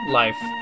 life